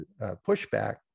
pushback